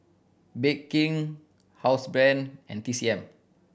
Bake King Housebrand and T C M